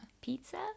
Pizza